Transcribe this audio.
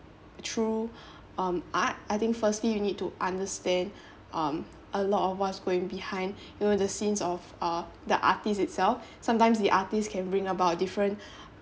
the true um art I think firstly you need to understand um a lot of what's going behind you know the scenes of uh the artist itself sometimes the artist can bring about different